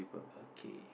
okay